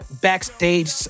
Backstage